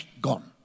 Gone